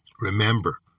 Remember